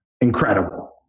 incredible